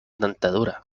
dentadura